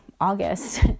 August